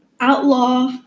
Outlaw